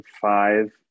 five